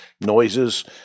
noises